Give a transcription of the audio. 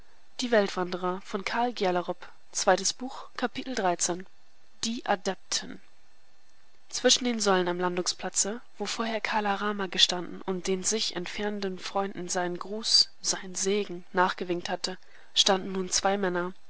die adepten zwischen den säulen am landungsplatze wo vorher kala rama gestanden und den sich entfernenden freunden seinen gruß seinen segen nachgewinkt hatte standen nun zwei männer